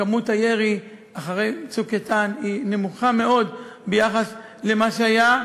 כמות הירי אחרי "צוק איתן" היא נמוכה מאוד ביחס למה שהיה.